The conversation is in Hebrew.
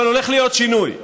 אבל הולך להיות שינוי,